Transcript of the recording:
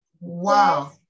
Wow